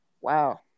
Wow